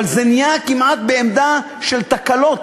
אבל זה נהיה כמעט בעמדה של תקלות,